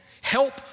help